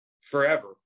forever